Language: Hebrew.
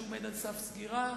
שעומד על סף סגירה,